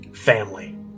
Family